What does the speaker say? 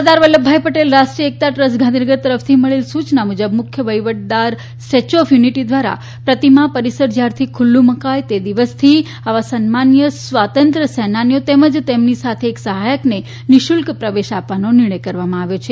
સરદાર વલ્લભભાઈ પટેલ રાષ્ટ્રીય એકતા ટ્રસ્ટ ગાંધીનગર તરફથી મળેલ સુચના મુજબ મુખ્ય વફીવટદાર સ્ટેચ્યુ ઓફ યુનિટી દ્વારા પ્રતિમા પરિસર જ્યારથી ખુલ્લુ મુકાય તે દિવસથી આવા સન્માનનિય સ્વાતંત્ર્ય સેનાનીઓ તેમજ તેમની સાથેના એક સહાથકને નિશુલ્ક પ્રવેશ આપવાનો નિર્ણય કરવામાં આવ્યો છે